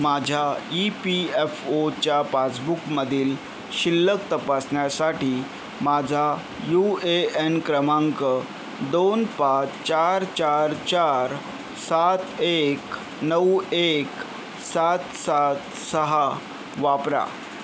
माझ्या E P F ओच्या पासबुकमधील शिल्लक तपासण्यासाठी माझा यू ए एन क्रमांक दोन पाच चार चार चार सात एक नऊ एक सात सात सहा वापरा